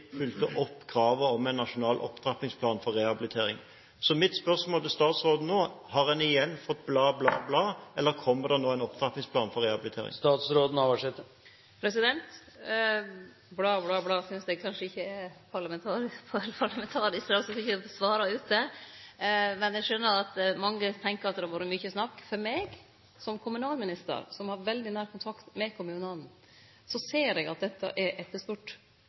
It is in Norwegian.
opp kravet om en nasjonal opptrappingsplan for rehabilitering. Så mitt spørsmål til statsråden er nå: Har man igjen fått «… bla, bla, bla …»? Eller kommer det nå en opptrappingsplan for rehabilitering? «… bla, bla, bla …» synest eg kanskje ikkje er parlamentarisk – det er sagt der ute – men eg skjønar at mange tenkjer at det har vore mykje snakk. Eg som kommunalminister, som har veldig nær kontakt med kommunane, ser at dette er etterspurt.